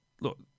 look